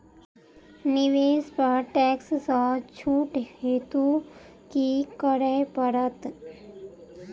निवेश पर टैक्स सँ छुट हेतु की करै पड़त?